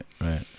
Right